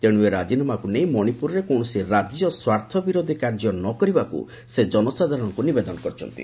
ତେଣୁ ଏ ରାଜିନାମାକୁ ନେଇ ମଣିପୁରରେ କୌଣସି ରାଜ୍ୟ ସ୍ୱାର୍ଥ ବିରୋଧୀ କାର୍ଯ୍ୟ ନ କରିବାକୁ ସେ ଜନସାଧାରଣଙ୍କୁ ନିବେଦନ କରିଛନ୍ତି